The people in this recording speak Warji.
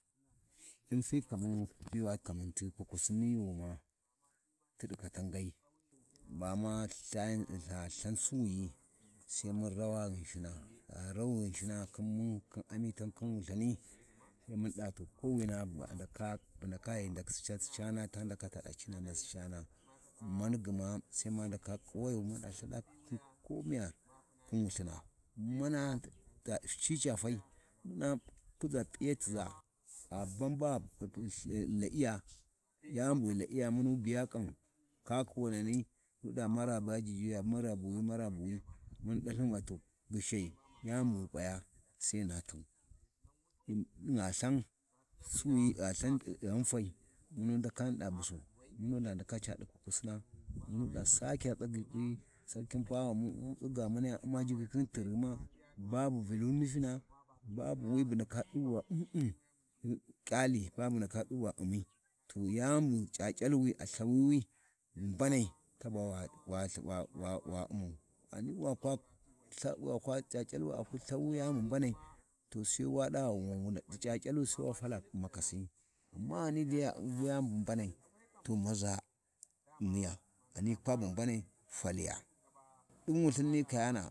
﻿ Din fi kamar wa kukusi ti yuughima tiɗi katangai, ba ma Lthayan gha Lthan Suwiyi Sai mun rawa Ghinshina gha rau Ghinshina khin mun khin amitan khin Wulthani, sai muna ɗa va kowini bu a ndaka, bu ndaka ghi nasi cana ta ndaka taɗa cina nasi cana mani gma Sai ma ndaka kuwayo maɗa lthaɗa komiya khin Wulthina, Mana ci ca fai, na ma kuzu p’iyatiʒa, gha ban ba ghi La’iya, yani bu ghi La’iya muna biya, ƙan kakawanani yaɗa gma maraba jijiya, marabuwi marabuwi, mum ɗalthin gma, to gyishai yani bu ghi p'aya, sai hyina tau, gha Lthan Suwiyi, gha Lthan ɗi ghanfai, mun ndaka mun ɗa busau muna ɗa ndaka taɗi kukusina, munɗa busau muna ɗa ndaka taɗi kukusina, munɗa sakya tsagyi kwi sarkain pawa, mun tsiga muniya u'ma tigyi khin tirghuma babu wi Vulu nufina, babu wi bu ndaka tu va hesitation, kyalli babu ndaka t’u va u'mi, to yani bu c’ac’alwi a Lthawiwi bu mbanai, to Taba wa-wa-wa u’mmau ghani wa kwa, lha, wa kwa, C’ac’alwi aku lthawu yani bu mbanai, to sai wa ɗa wan, C’aC’alwi ta fala u'makasi, amma ghani a u’n yani bu mbanai, to maʒa myaya, ghani kwa bu mbanai faliya, ɗin Wulthin ni kayana.